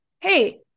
hey